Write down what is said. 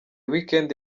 weekend